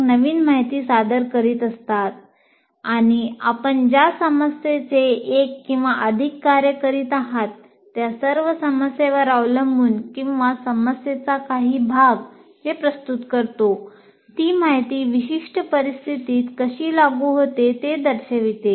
एक नवीन माहिती सादर करीत असतात आणि आपण ज्या समस्येचे एक किंवा अधिक कार्य करीत आहात त्या सर्व समस्येवर अवलंबून किंवा समस्येचा काही भाग जे प्रस्तुत करतो ती माहिती विशिष्ट परिस्थितीत कशी लागू होते ते दर्शविते